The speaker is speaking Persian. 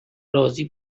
راضی